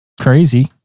Crazy